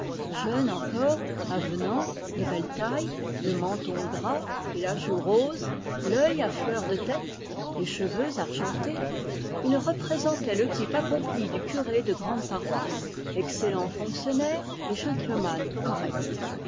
jeune encore avenant de belle taille le menton gras et la joue rose l'œil à fleur de tête les cheveux argentés il représentait le type accompli du curé de grande paroisse excellent fonctionnaire et gentleman correct